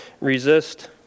resist